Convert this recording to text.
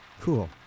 Cool